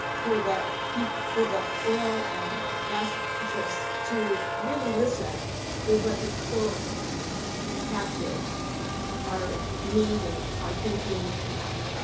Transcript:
for the people for the oil and gas interests to really listen to what the people impacted are need and are thinking and and